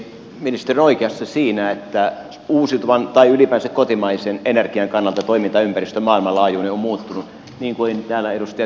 ministeri on oikeassa siinä että uusiutuvan tai ylipäänsä kotimaisen energian kannalta maailmanlaajuinen toimintaympäristö on muuttunut niin kuin täällä edustaja tynkkynenkin sanoi